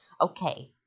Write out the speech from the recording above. Okay